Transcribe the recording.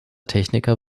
techniker